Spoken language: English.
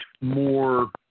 more –